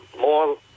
more